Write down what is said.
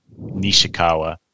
Nishikawa